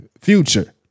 Future